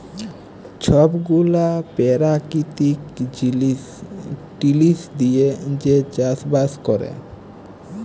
ছব গুলা পেরাকিতিক জিলিস টিলিস দিঁয়ে যে চাষ বাস ক্যরে